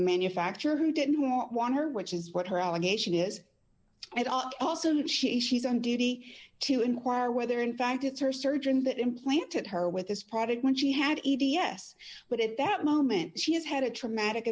manufacturer who didn't want want her which is what her allegation is and also she she's on duty to inquire whether in fact it's her surgeon that implanted her with this product when she had e d s but at that moment she has had a traumatic